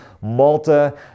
Malta